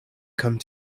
come